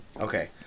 Okay